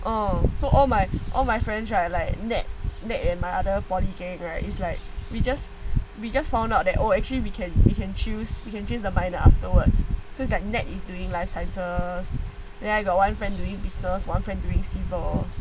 oh so all my all my friends right like nat nat and my other polytechnic gang right it's like we just we just found out that oh actually we can we can choose you can change your mind afterwards so that nat is doing life sciences then I got one friend doing business one friend during civil